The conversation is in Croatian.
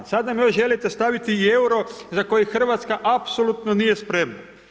Sad nam još želite staviti i euro za koji Hrvatska apsolutno nije spremna.